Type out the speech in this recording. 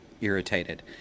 irritated